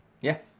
Yes